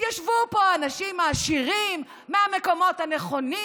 התיישבו פה האנשים העשירים מהמקומות הנכונים,